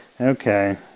Okay